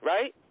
Right